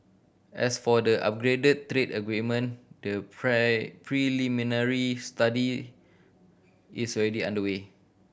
as for the upgraded trade agreement the preliminary study is already underway